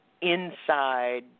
inside